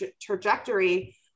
trajectory